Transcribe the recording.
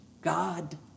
God